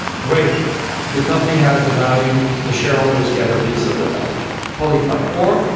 great the company has the value, the shareholders get a piece of the value. totally fine. or,